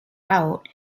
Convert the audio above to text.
out